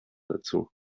dazu